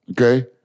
Okay